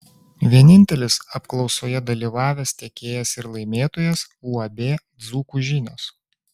vienintelis apklausoje dalyvavęs tiekėjas ir laimėtojas uab dzūkų žinios